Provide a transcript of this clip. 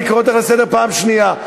אני קורא אותך לסדר פעם שנייה.